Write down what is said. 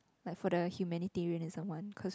like for the humanitarianism one cause we